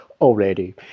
Already